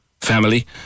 family